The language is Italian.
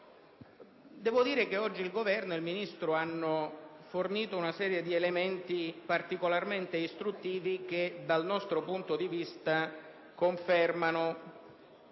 Devo dire che oggi il Governo e il Ministro hanno fornito una serie di elementi particolarmente istruttivi, che confermano